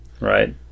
right